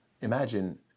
imagine